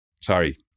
sorry